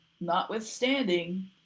notwithstanding